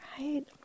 Right